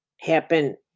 Happen